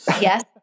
Yes